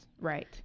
Right